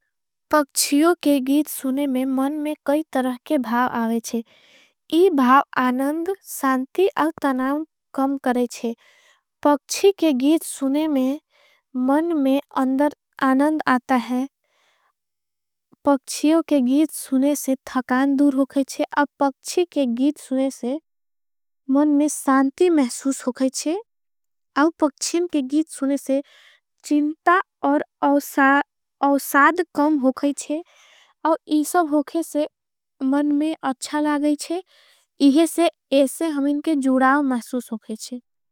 पक्षियों के गीत सुने में मन में कई तरह के भाव आवेचे। इ भाव आननद सांति अउतनाव कम करेछे पक्षियों के गीत सुने में मन में अन्दर आननद आता है पक्षियों के। गीत सुने से ठकान दूर होकेछे पक्षियों के गीत सुने से। मन में सांति महसूस होकेछे पक्षियों के गीत सुने से। चिन्ता और अउसाध कम होकेछे इसब होके से मन में। अच्छा लागेछे इहसे हमें के जुड़ाव महसूस होकेछे।